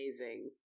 Amazing